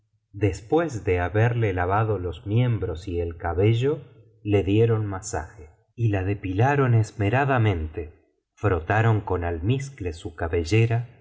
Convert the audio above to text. después de haberle lavado los miembros y el cabello le dieron masaje y la depilaron esmera biblioteca valenciana genéralitat valenciana las mil noches y una noche clámente frotaron con almizcle su cabellera